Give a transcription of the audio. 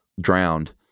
drowned